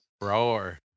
Roar